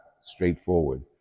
straightforward